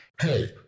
hey